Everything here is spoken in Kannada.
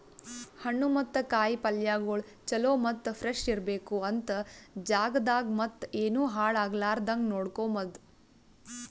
ಹಣ್ಣು ಮತ್ತ ಕಾಯಿ ಪಲ್ಯಗೊಳ್ ಚಲೋ ಮತ್ತ ಫ್ರೆಶ್ ಇರ್ಬೇಕು ಅಂತ್ ಜಾಗದಾಗ್ ಮತ್ತ ಏನು ಹಾಳ್ ಆಗಲಾರದಂಗ ನೋಡ್ಕೋಮದ್